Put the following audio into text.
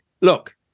look